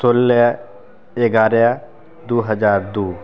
सोलह एगारह दुइ हजार दुइ